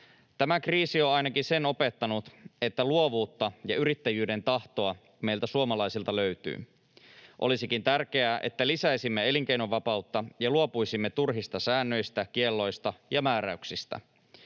”Tämä kriisi on ainakin sen opettanut, että luovuutta ja yrittäjyyden tahtoa meiltä suomalaisilta löytyy. Olisikin tärkeää, että lisäisimme elinkeinovapautta ja luopuisimme turhista säännöistä, kielloista ja määräyksistä.